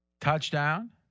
touchdown